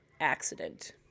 accident